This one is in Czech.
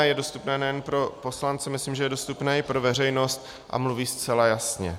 Je dostupné nejen pro poslance, myslím, že je dostupné i pro veřejnost, a mluví zcela jasně.